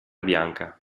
bianca